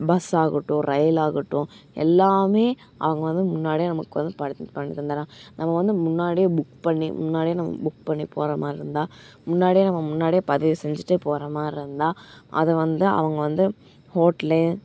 பஸ்ஸாகட்டும் ரயிலாகட்டும் எல்லாமே அவங்க வந்து முன்னாடியே நமக்கு வந்து பண்ணி தந்து பண்ணி தந்துடுறான் நம்ம வந்து முன்னாடியே புக் பண்ணி முன்னாடியே நம்ம புக் பண்ணி போகற மாரிருந்தா முன்னாடியே நம்ம முன்னாடியே பதிவு செஞ்சிவிட்டு போகற மாரிருந்தா அதை வந்து அவங்க வந்து ஹோட்டலே